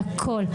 בכל.